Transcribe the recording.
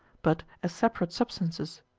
but as separate substances.